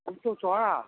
rate তো চড়া